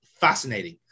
Fascinating